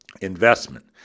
investment